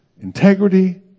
integrity